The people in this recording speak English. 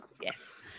Yes